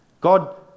God